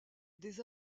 des